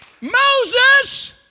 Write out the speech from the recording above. Moses